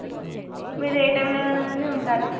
okay మీరు ఏ టైంలోనైనా ఉంటారా